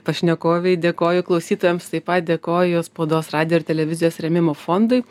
pašnekovei dėkoju klausytojams taip pat dėkoju spaudos radijo ir televizijos rėmimo fondui